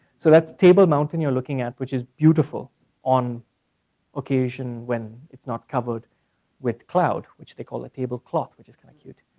so that's table mountain you're looking at, which is beautiful on occasion when it's not covered with cloud, which they call it table clock, which is kinda cute.